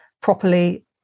properly